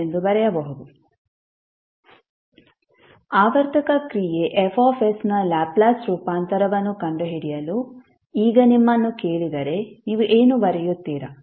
ಎಂದು ಬರೆಯಬಹುದು ಆವರ್ತಕ ಕ್ರಿಯೆ Fsನ ಲ್ಯಾಪ್ಲೇಸ್ ರೂಪಾಂತರವನ್ನು ಕಂಡುಹಿಡಿಯಲು ಈಗ ನಿಮ್ಮನ್ನು ಕೇಳಿದರೆ ನೀವು ಏನು ಬರೆಯುತ್ತೀರಾ